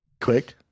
quick